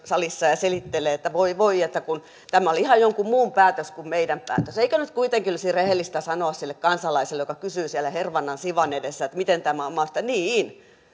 salissa ja selittelee että voi voi tämä oli ihan jonkun muun päätös kuin meidän päätös eikö nyt kuitenkin olisi rehellistä sanoa sille kansalaiselle joka kysyy siellä hervannan siwan edessä miten tämä on mahdollista